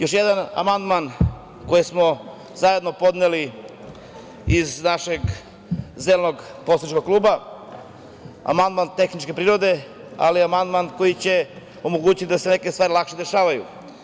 Još jedan amandman koji smo zajedno podneli iz našeg Zelenog poslaničkog kluba, amandman tehničke prirode, ali amandman koji će omogućiti da se neke stvari lakše dešavaju.